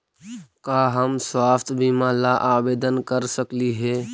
का हम स्वास्थ्य बीमा ला आवेदन कर सकली हे?